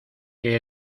que